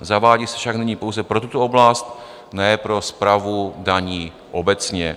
Zavádí se však nyní pouze pro tuto oblast, ne pro správu daní obecně.